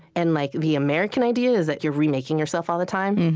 and like the american idea is that you're remaking yourself all the time,